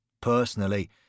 Personally